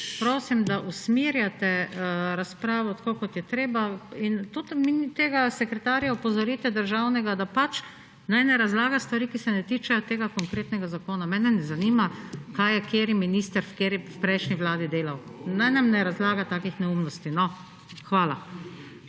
prosim, da usmerjate razpravo, tako kot je treba. Tudi tega državnega sekretarja opozorite, da pač naj ne razlaga stvari, ki se ne tičejo tega konkretnega zakona. Mene ne zanima, kaj je kateri minister v kateri prejšnji vladi delal. Naj nam ne razlaga takih neumnosti, no. Hvala.